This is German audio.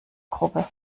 gruppe